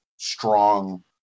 strong